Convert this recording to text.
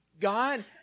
God